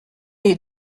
est